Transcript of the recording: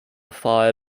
phi